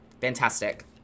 Fantastic